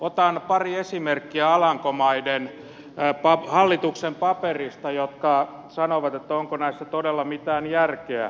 otan pari esimerkkiä alankomaiden hallituksen paperista jossa kysytään onko näissä todella mitään järkeä